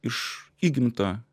iš įgimto